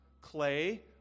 clay